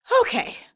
Okay